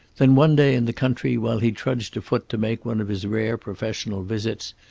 then, one day in the country while he trudged afoot to make one of his rare professional visits,